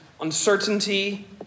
uncertainty